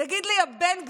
תגיד לי, יא בן גביר,